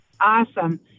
Awesome